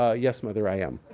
ah yes, mother, i am